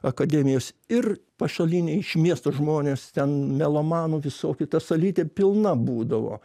akademijos ir pašaliniai iš miesto žmonės ten melomanų visokių ta salytė pilna būdavo